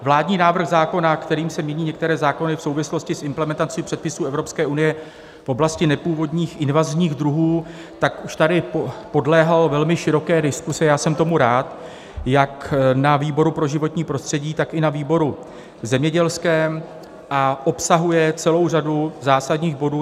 Vládní návrh zákona, kterým se mění některé zákony v souvislosti s implementací předpisů Evropské unie v oblasti nepůvodních invazních druhů, tak už tady podléhal velmi široké diskusi, a já jsem tomu rád, jak na výboru pro životní prostředí, tak i na výboru zemědělském, a obsahuje celou řadu zásadních bodů.